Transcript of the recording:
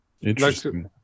Interesting